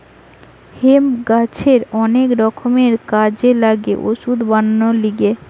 hemp গাছের অনেক রকমের কাজে লাগে ওষুধ বানাবার লিগে